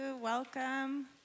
Welcome